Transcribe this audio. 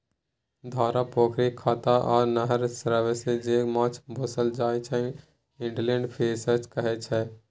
धार, पोखरि, खत्ता आ नहर सबमे जे माछ पोसल जाइ छै इनलेंड फीसरीज कहाय छै